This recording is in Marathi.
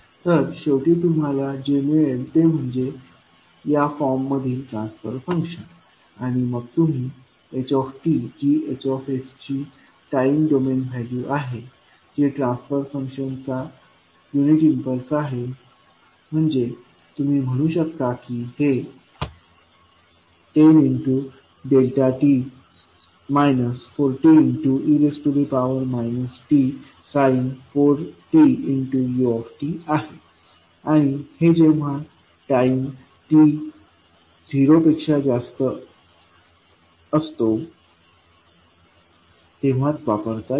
तर शेवटी तुम्हाला जे मिळेल ते म्हणजे या फॉर्म मधील ट्रान्सफर फंक्शन आणि मग तुम्ही h जी H ची टाइम डोमेन व्हॅल्यू आहे जे ट्रान्सफर फंक्शनचा इम्पल्स रिस्पॉन्स आहे म्हणजे तुम्ही म्हणू शकता की हे10 40 e tsin 4t u आहे आणि हे जेव्हा टाईम t झिरो पेक्षा जास्त असतो तेव्हाच वापरता येईल